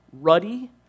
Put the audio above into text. ruddy